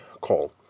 call